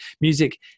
music